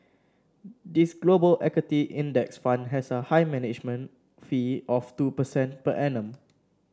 this global equity index fund has a high management fee of two percent per annum